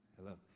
hello.